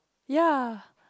ya